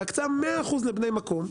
עם הקצאה של 100% לבני המקום,